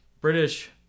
british